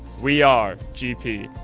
we are gp.